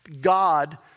God